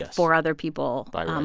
for other people. by um